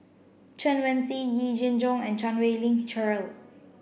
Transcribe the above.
Chen Wen Hsi Yee Jenn Jong and Chan Wei Ling Cheryl